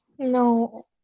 No